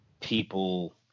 people